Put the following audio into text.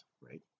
right